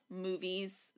movies